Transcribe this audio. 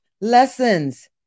lessons